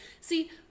See